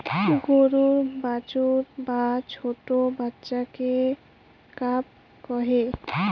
গরুর বাছুর বা ছোট্ট বাচ্চাকে কাফ কহে